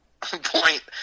point